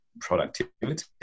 productivity